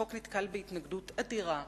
החוק נתקל בהתנגדות אדירה,